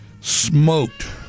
Smoked